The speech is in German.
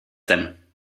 denn